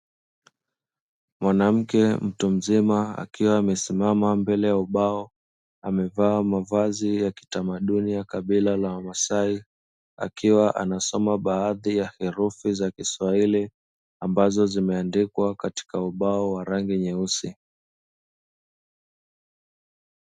Mwanamke mtu mzima akiwa amesimama mbele ya ubao amevaa mavazi ya kitamaduni ya kabila la wamasai, akiwa anasoma baadhi ya herufi za kiswahili ambazo zimeandikwa katika ubao wa rangi nyeusi.